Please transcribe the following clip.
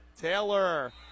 Taylor